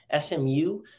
SMU